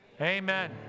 amen